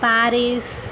Paris